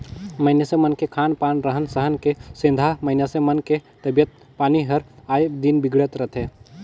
मइनसे मन के खान पान, रहन सहन के सेंधा मइनसे मन के तबियत पानी हर आय दिन बिगड़त रथे